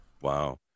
Wow